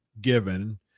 given